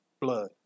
blood